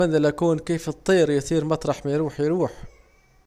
أتمنى اكون كيف الطير مطرح ما يروح يروح